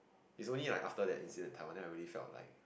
is only like after that incident in Taiwan then I really felt like